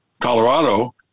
Colorado